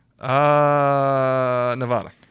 Nevada